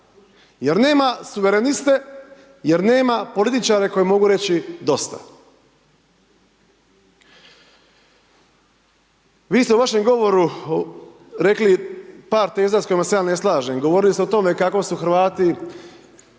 jer nema suvereniste, jer nema političare koji mogu reći dosta. Vi ste u vašem govoru, rekli par teza s kojima se ja ne slažem, govorili ste o tome kako su Hrvati